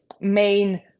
main